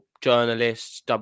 journalists